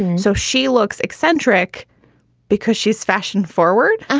so she looks eccentric because she's fashion forward,